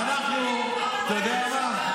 אתה יודע מה,